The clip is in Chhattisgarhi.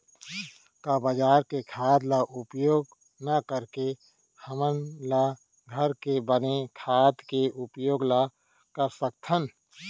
का बजार के खाद ला उपयोग न करके हमन ल घर के बने खाद के उपयोग ल कर सकथन?